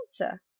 answer